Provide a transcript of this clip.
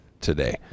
today